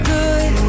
good